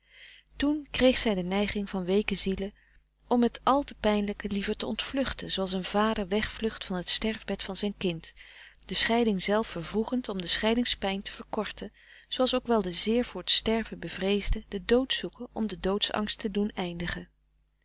toen kreeg zij de neiging van weeke zielen om het al te pijnlijke liever te ontvluchten zooals een vader wegvlucht van het sterfbed van zijn kind de scheiding zelf vervroegend om de scheidingspijn te verkorten zooals ook wel de zeer voor t sterven bevreesden den dood zoeken om den doodsangst te doen eindigen